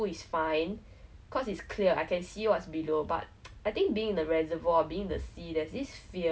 I went for one land training and then like it was like so tough but then yeah ego so I stayed for the first sea training